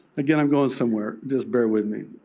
again, i'm going somewhere. just bear with me.